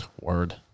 Word